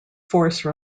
force